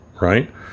right